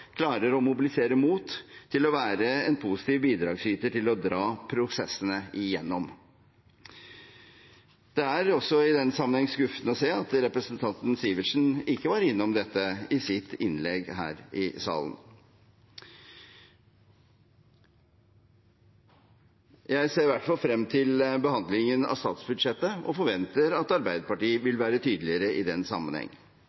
klarer å mobilisere mot til å være en positiv bidragsyter til å dra prosessene igjennom. Det var i den sammenheng også skuffende å høre at representanten Sivertsen ikke var innom dette i sitt innlegg her i salen. Jeg ser i hvert fall frem til behandlingen av statsbudsjettet og forventer at Arbeiderpartiet